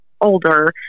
older